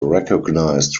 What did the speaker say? recognized